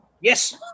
yes